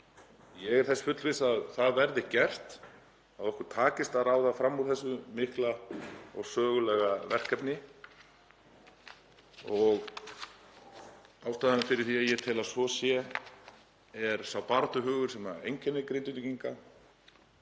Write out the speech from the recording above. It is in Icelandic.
Ég er þess fullviss að það verði gert og að okkur takist að ráða fram úr þessu mikla og sögulega verkefni. Ástæðan fyrir því að ég tel að svo sé er sá baráttuhugur sem einkennir Grindvíkinga